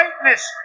greatness